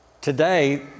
Today